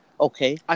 Okay